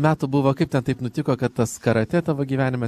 metų buvo kaip ten taip nutiko kad tas karatė tavo gyvenime